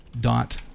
Dot